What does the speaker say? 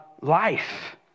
life